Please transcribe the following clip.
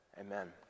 Amen